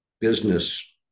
business